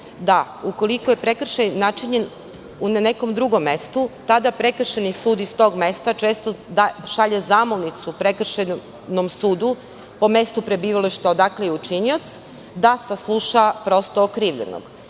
da ukoliko je prekršaj načinjen na nekom drugom mestu, tada prekršajni sud iz tog mesta često šalje zamolnicu prekršajnom sudu po mestu prebivališta odakle je učinilac, da prosto sasluša okrivljenog.